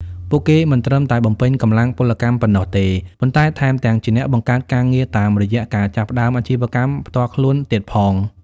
ពួកគេមិនត្រឹមតែបំពេញកម្លាំងពលកម្មប៉ុណ្ណោះទេ ប៉ុន្តែថែមទាំងជាអ្នកបង្កើតការងារតាមរយៈការចាប់ផ្តើមអាជីវកម្មផ្ទាល់ខ្លួនទៀតផង។